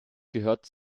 gehört